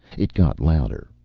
it got louder.